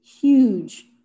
Huge